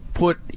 put